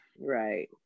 Right